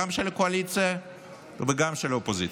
גם של הקואליציה וגם של האופוזיציה.